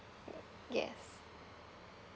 yes